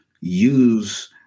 use